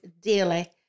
daily